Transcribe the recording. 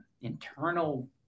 internal